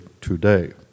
today